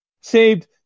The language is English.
saved